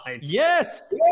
yes